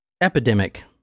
Epidemic